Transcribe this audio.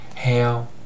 Hail